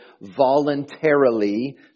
voluntarily